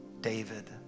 David